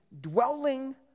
dwelling